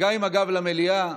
גם עם הגב למליאה.